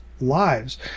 lives